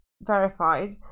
verified